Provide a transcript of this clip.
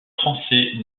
français